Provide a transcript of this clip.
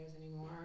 anymore